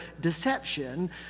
deception